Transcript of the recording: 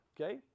okay